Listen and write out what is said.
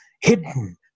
hidden